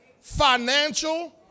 financial